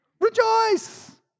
Rejoice